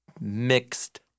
mixed